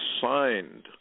signed